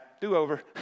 do-over